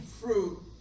fruit